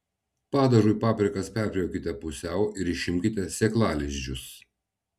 padažui paprikas perpjaukite pusiau ir išimkite sėklalizdžius